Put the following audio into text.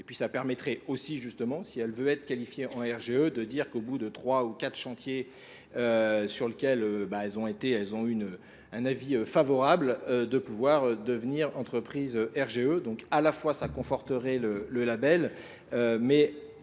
et puis ça permettrait aussi justement si elle veut être qualifiée en RGE de dire qu'au bout de trois ou quatre chantiers sur lequel elles ont été, elles ont eu un avis favorable de pouvoir devenir entreprise RGE donc à la fois ça conforterait le label mais